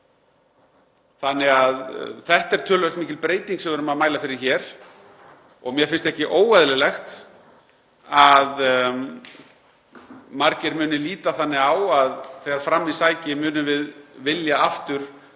þannig að þetta er töluvert mikil breyting sem við erum að mæla fyrir hér og mér finnst ekki óeðlilegt að margir muni líta þannig á að þegar fram í sækir munum við vilja aftur